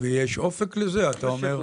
ויש אופק לזה, אתה אומר?